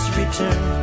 return